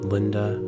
Linda